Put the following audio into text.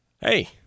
Hey